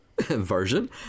version